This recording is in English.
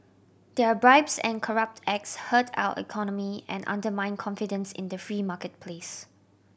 their bribes and corrupt acts hurt our economy and undermine confidence in the free marketplace